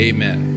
Amen